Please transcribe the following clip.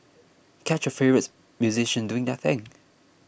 catch your favourites musicians doing their thing